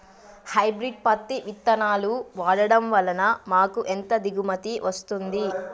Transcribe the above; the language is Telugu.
హైబ్రిడ్ పత్తి విత్తనాలు వాడడం వలన మాకు ఎంత దిగుమతి వస్తుంది?